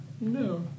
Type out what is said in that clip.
No